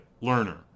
learner